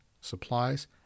supplies